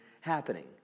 happening